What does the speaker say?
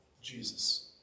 Jesus